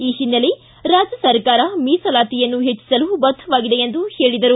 ಈ ಹಿನ್ನೆಲೆ ರಾಜ್ಯ ಸರ್ಕಾರ ಮೀಸಲಾತಿಯನ್ನು ಹೆಚ್ಚಿಸಲು ಬದ್ದವಾಗಿದೆ ಎಂದು ಹೇಳಿದರು